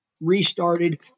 restarted